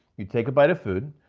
you take a bite of food,